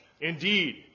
Indeed